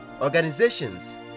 organizations